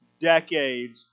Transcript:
decades